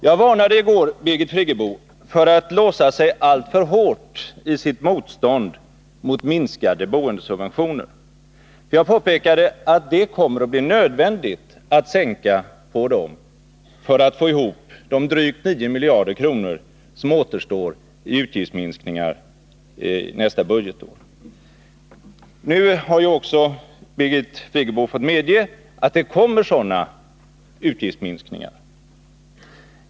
Jag varnade i går Birgit Friggebo för att låsa sig alltför hårt i sitt motstånd mot minskade boendesubventioner. Jag påpekade att det kommer att bli nödvändigt att minska dem för att få ihop de drygt 9 miljarder kronor som återstår i utgiftsminskningar nästa budgetår. Nu har också Birgit Friggebo fått medge att det kommer sådana utgiftsminskningar.